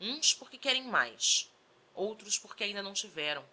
uns porque querem mais outros porque ainda não tiveram